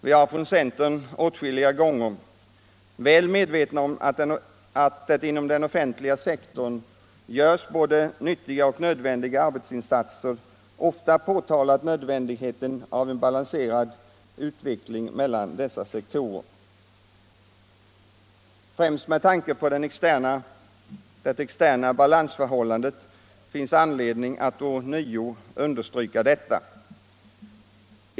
Vi har från centern åtskilliga gånger — väl medvetna om att det inom den offentliga sektorn görs både nyttiga och nödvändiga arbetsinsatser — påtalat nödvändigheten av en balanserad utveckling mellan dessa sektorer. Främst med tanke på det externa balansförhållandet finns anledning att ånyo understryka detta.